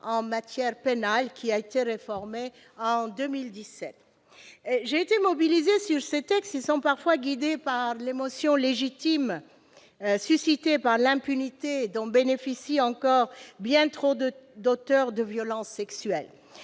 en matière pénale, qui a été réformé en 2017. J'ai été mobilisée sur ces textes, qui sont parfois guidés par l'émotion légitime suscitée par l'impunité dont bénéficient encore bien trop d'auteurs de violences sexuelles.